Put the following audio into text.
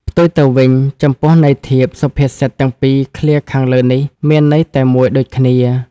ផ្ទុយទៅវិញ ចំពោះន័យធៀប សុភាសិតទាំងពីរឃ្លាខាងលើនេះ មានន័យតែមួយដូចគ្នា ។